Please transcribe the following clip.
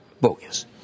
bogus